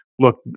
look